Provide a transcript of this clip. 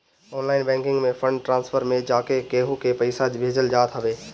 online banking में fund transfer में जाके केहू के पईसा भेजल जात हवे